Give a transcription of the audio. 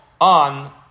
on